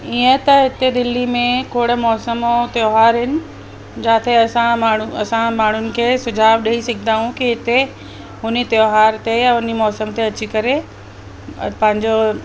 ईअं त हिते दिल्ली में कुड़ मौसम ऐं त्योहार आहिनि जाते असां माण्हू असां माण्हुनि खे सुझाव ॾेई सघदायूं की हिते हुन त्योहार ते या उन मौसम ते अची करे पंहिंजो